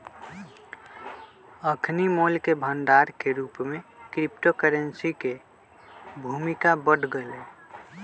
अखनि मोल के भंडार के रूप में क्रिप्टो करेंसी के भूमिका बढ़ गेलइ